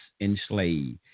enslaved